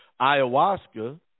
ayahuasca